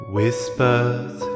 Whispers